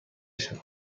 شوند